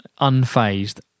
unfazed